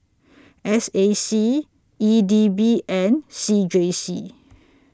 S A C E D B and C J C